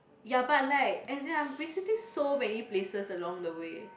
ya but like as in I'm visiting so many places along the way